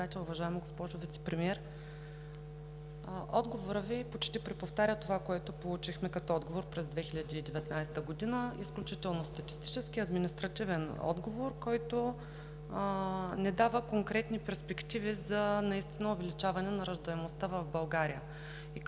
уважаема госпожо Вицепремиер! Отговорът Ви почти преповтаря това, което получихме като отговор през 2019 г. Изключително статистически, административен отговор, който наистина не дава конкретни перспективи за увеличаване на раждаемостта в България.